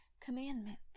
commandments